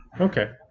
Okay